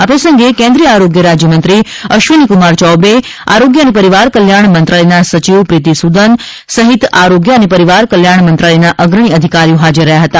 આ પ્રસંગેં કેન્દ્રીત આરોગ્ય રાજ્યમંત્રી અશ્વીનીકુમાર ચૌબેઆરોગ્ય અને પરીવાર કલ્યાણ મંત્રાલયના સચીવ પ્રીતિ સૂદન સહિત આરોગ્ય અને પરીવાર કલ્યાણ મંત્રાલયનાં અગ્રણી અધીકારીઓ હાજર રહ્યા હતા